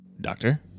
Doctor